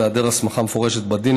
בהיעדר הסמכה מפורשת בדין,